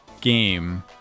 game